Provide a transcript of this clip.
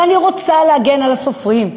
ואני רוצה להגן על הסופרים,